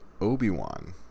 Obi-Wan